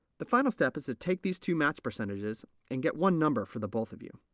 the final step is to take these two match percentages and get one number for the both of you.